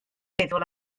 feddwl